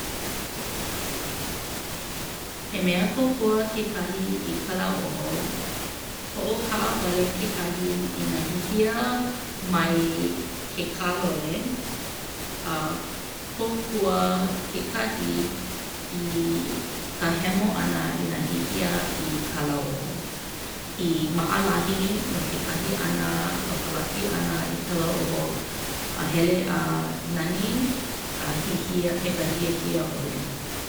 He mea kōkua ke kahi i ka lauoho. Hoʻokaʻawale ke kahi i nā hihia mai ke kālole a kōkua ke kahi i ka hemo ʻana i nā hihia i ka lauoho i maʻalahi no ke kahi ʻana ka palaki ʻana i ka lauoho a hele a nani a hihia me ka hiehie ʻole.